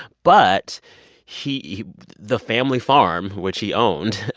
but he the family farm, which he owned,